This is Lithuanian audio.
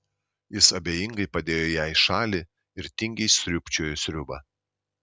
jis abejingai padėjo ją į šalį ir tingiai sriūbčiojo sriubą